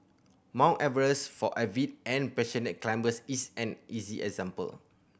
Mount Everest for avid and passionate climbers is an easy example